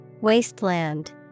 Wasteland